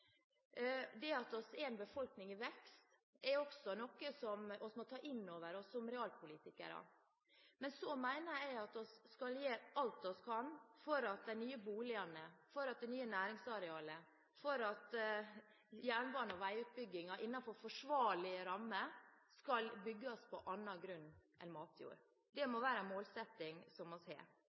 Det at vi er en befolkning i vekst, er også noe som vi må ta inn over oss som realpolitikere. Jeg mener at vi skal gjøre alt vi kan for at de nye boligene, for at det nye næringsarealet og for at jernbane- og veiutbyggingen innenfor forsvarlige rammer skal bygges på annen grunn enn matjord. Det må være en målsetting som vi må ha.